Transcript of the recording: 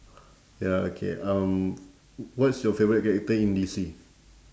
ya okay um what's your favourite character in D_C